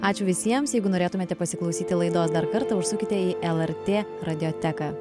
ačiū visiems jeigu norėtumėte pasiklausyti laidos dar kartą užsukite į lrt radioteką